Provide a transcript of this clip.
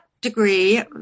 degree—